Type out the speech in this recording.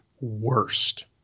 worst